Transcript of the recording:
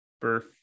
birth